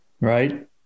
Right